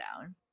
down